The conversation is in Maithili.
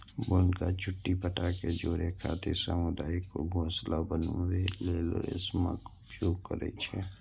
बुनकर चुट्टी पत्ता कें जोड़ै खातिर सामुदायिक घोंसला बनबै लेल रेशमक उपयोग करै छै